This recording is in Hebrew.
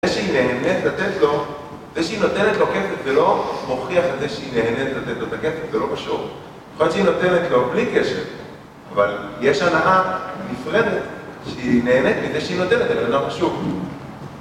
זה שהיא נהנית לתת לו, זה שהיא נותנת לו כסף, זה לא מוכיח את זה שהיא נהנית לתת לו את הכסף, זה לא קשור. יכול להיות שהיא נותנת לו בלי קשר, אבל יש הנאה נפרדת שהיא נהנית מזה שהיא נותנת לו, זה לא קשור.